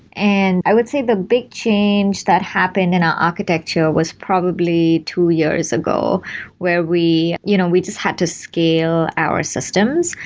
and i would say the big change that happened in our architecture was probably two years ago where we you know we just had to scale our systems.